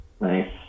Nice